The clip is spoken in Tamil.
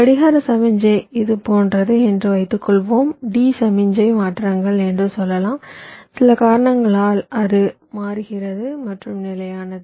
கடிகார சமிக்ஞை இது போன்றது என்று வைத்துக்கொள்வோம் D சமிக்ஞை மாற்றங்கள் என்று சொல்லலாம் சில காரணங்களால் அது மாறுகிறது மற்றும் நிலையானது